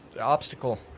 obstacle